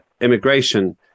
immigration